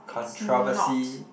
it's not